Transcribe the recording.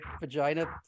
vagina